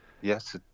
Yes